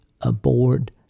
aboard